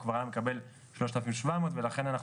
הוא כבר היה מקבל 3,700 ולכן אנחנו